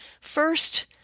first